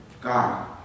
God